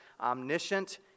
omniscient